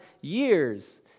years